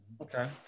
Okay